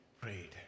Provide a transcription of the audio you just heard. prayed